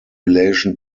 relation